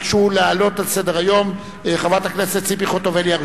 שביקשו להעלות על סדר-היום חברת הכנסת ציפי חוטובלי,